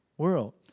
world